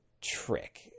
trick